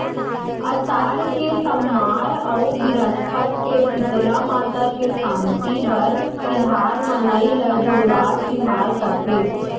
असाड़ के सम्मार अउ बिरस्पत के सीतला माता के सांति बर तिहार मनाई ल जुड़वास तिहार कथें